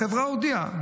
החברה הודיעה,